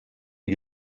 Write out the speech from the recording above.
die